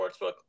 sportsbook